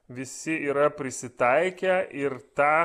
visi yra prisitaikę ir tą